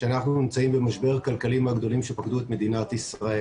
שאנחנו נמצאים במשבר כלכלי מהגדולים שפקדו את מדינת ישראל